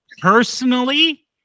Personally